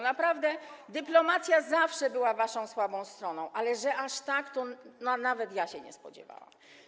Naprawdę, dyplomacja zawsze była waszą słabą stroną, ale żeby aż tak, to nawet ja się nie spodziewałam.